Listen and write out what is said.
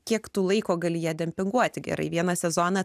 kiek tu laiko gali ją dempinguoti gerai vieną sezoną